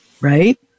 right